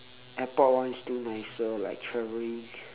airport one still nicer like traveling